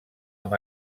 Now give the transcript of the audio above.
amb